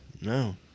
No